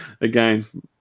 again